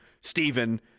Stephen